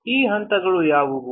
ಆ ಹಂತಗಳು ಯಾವುವು